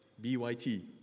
B-Y-T